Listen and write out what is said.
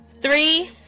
three